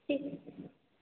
ठीकु